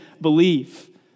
believe